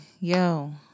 yo